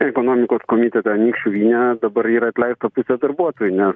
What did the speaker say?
ekonomikos komitetą anykščių vyne dabar yra atleista pusė darbuotojų nes